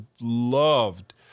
loved